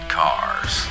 cars